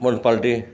municipality